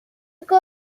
گربه